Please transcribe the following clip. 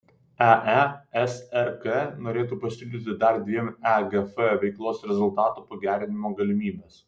eesrk norėtų pasiūlyti dar dvi egf veiklos rezultatų pagerinimo galimybes